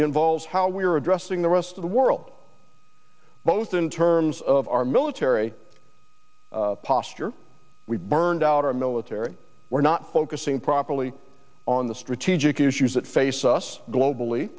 involves how we are addressing the rest of the world both in terms of our military posture we burned out our military we're not focusing properly on the strategic issues that face us globally